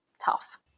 tough